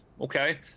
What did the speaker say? Okay